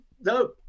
No